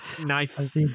knife